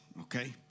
okay